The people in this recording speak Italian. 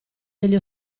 degli